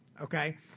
okay